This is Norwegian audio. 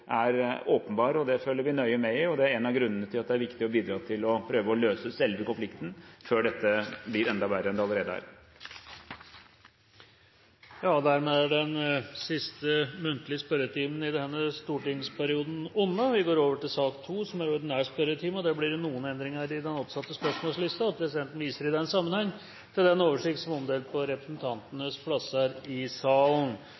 er åpenbar, og det følger vi nøye med i. Det er en av grunnene til at det er viktig å bidra til å prøve å løse konflikten før dette blir enda verre enn det allerede er. Dermed er den siste muntlige spørretimen i denne stortingsperioden omme. Det blir noen endringer i den oppsatte spørsmålslisten. Presidenten viser i den sammenheng til den oversikten som er omdelt på representantenes plasser i salen. De foreslåtte endringene i